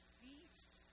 feast